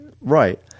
right